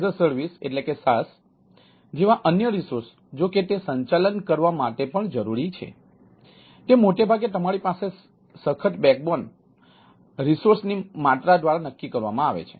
SaaS જેવા અન્ય resource જો કે તે સંચાલન કરવા માટે પણ જરૂરી છે તે મોટે ભાગે તમારી પાસે સખત બેકબોન રિસોર્સ ની માત્રા દ્વારા નક્કી કરવામાં આવે છે